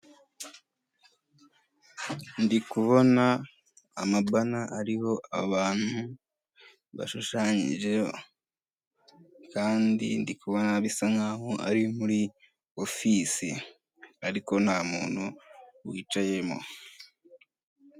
Ndikubona amabana ariho abantu bashushanyijeho. Kandi ndi kubona bisa nkaho ari muri ofisi. Ariko nta muntu wicayemo.